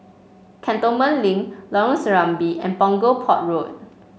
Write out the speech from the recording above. Cantonment Link Lorong Serambi and Punggol Port Road